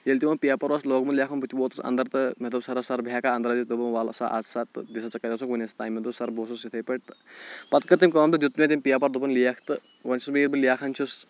ییٚلہِ تِمو پیپَر اوس لوگمُت لٮ۪کھُن بہٕ تہِ ووتُس اندَر تہٕ مےٚ دوٚپ سَرَس سَر بہٕ ہٮ۪کَا اندَر أژِتھ دوٚپُن وَلہٕ سا اَژ سا تہٕ دِسا ژٕ کَتہِ اوسُکھ وٕنیُک تانۍ مےٚ دوٚپ سَر بہٕ اوسُس یِتھٕے پٲٹھۍ تہٕ پَتہٕ کٔر تٔمۍ کٲم تہٕ دیُٚت مےٚ تٔمۍ پیپَر دوٚپُن لیکھ تہٕ وۄنۍ چھُس بہٕ ییٚلہِ بہٕ لیکھان چھُس